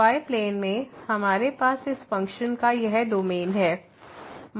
तो xy plane में हमारे पास इस फ़ंक्शन का यह डोमेन है